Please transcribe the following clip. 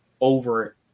over